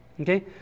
Okay